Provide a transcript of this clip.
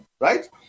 right